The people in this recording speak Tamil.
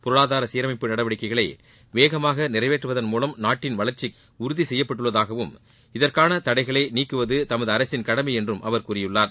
பொருளாதார சீரமைப்பு நடவடிக்கைகளை வேகமாக நிறைவேற்றுவதன் மூலம் நாட்டிற்கான வளர்ச்சி உறுதி செய்யப்பட்டுள்ளதாகவும் இதற்காள தளடகளை நீக்குவது தமது அரசின் கடமை என்றும் அவர் கூறியுள்ளார்